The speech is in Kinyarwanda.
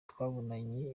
twabonye